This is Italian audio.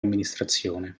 amministrazione